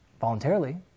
voluntarily